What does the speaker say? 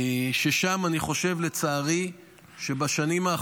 ששם אני חושב, לצערי,